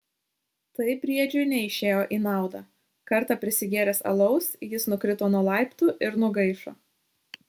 tai briedžiui neišėjo į naudą kartą prisigėręs alaus jis nukrito nuo laiptų ir nugaišo